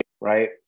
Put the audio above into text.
right